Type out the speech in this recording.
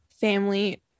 family